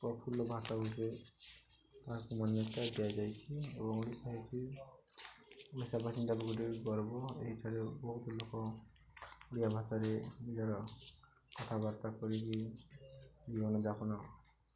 ପ୍ରଫୁଲ୍ଲ ଭାଷା ଗୁଟେ ତାହାକୁ ମନ୍ୟତା ଦିଆଯାଇଛିି ଏବଂ ଓଡ଼ିଶା ଜେନ୍ଟାକି ଓଡ଼ିଶା ପାଇଁ ଗୋଟେ ଗର୍ବ ଏଇଠାରେ ବହୁତ ଲୋକ ଓଡ଼ିଆ ଭାଷାରେ ନିଜର କଥାବାର୍ତ୍ତା କରିକି ଜୀବନଯାପନ